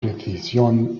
decisión